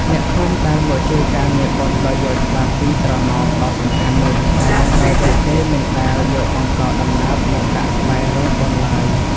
អ្នកភូមិដែលមកជួយការងារបុណ្យក៏យល់ច្បាស់ពីត្រណមដ៏សំខាន់មួយនេះដែរ ដោយពួកគេមិនដែលយកអង្ករដំណើបមកដាក់ក្បែររោងបុណ្យឡើយ។